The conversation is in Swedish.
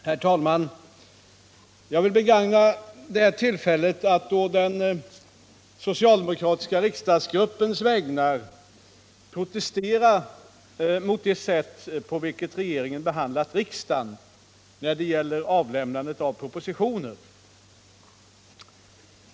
Herr talman! Jag vill begagna detta tillfälle att å den socialdemokratiska riksdagsgruppens vägnar protestera mot det sätt på vilket regeringen har behandlat riksdagen när det gäller avlämnandet av propositioner.